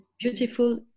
Beautiful